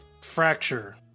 fracture